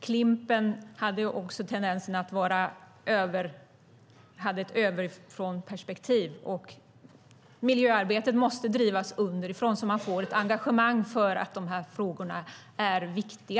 Klimp:en hade också en tendens att ha ett ovanifrånperspektiv, och miljöarbetet måste drivas underifrån så att vi får ett engagemang för de här viktiga frågorna.